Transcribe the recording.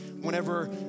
Whenever